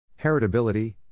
Heritability